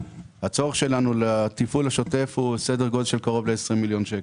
הצורך שלנו לתפעול השוטף הוא סדר גודל של קרוב ל-20 מיליון שקלים.